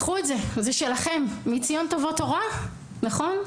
קחו את זה, זה שלכם, מציון תבוא תורה, נכון?